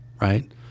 Right